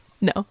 No